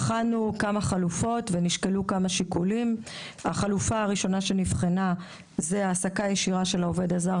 בחנו כמה חלופות: החלופה הראשונה שנבחנה היא העסקה ישירה של העובד הזר,